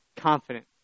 Confident